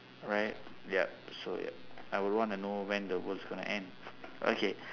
right yup so yup I would want to know when the world is going to end okay